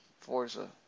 Forza